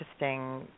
interesting